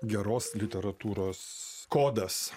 geros literatūros kodas